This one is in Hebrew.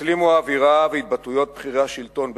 הסלימו אווירה והתבטאויות של בכירי השלטון בטורקיה,